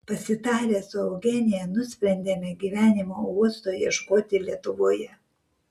pasitarę su eugenija nusprendėme gyvenimo uosto ieškoti lietuvoje